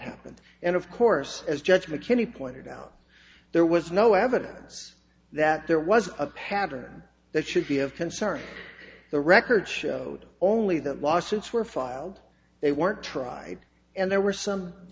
happened and of course as judge mckinney pointed out there was no evidence that there was a pattern that should be of concern in the record showed only that lawsuits were filed they weren't tried and there were some